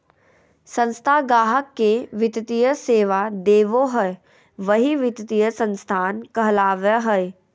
संस्था गाहक़ के वित्तीय सेवा देबो हय वही वित्तीय संस्थान कहलावय हय